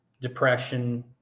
depression